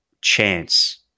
chance